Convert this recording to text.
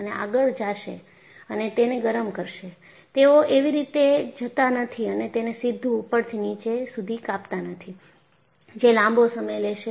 અને આગળ જાશે અને તેને ગરમ કરશે તેઓ એવી રીતે જતા નથી અને તેને સીધ્ધું ઉપરથી નીચે સુધી કાપતા નથી જે લાંબો સમય લેશે